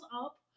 up